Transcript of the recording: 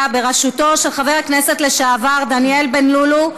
בראשותו של חבר הכנסת לשעבר דניאל בנלולו,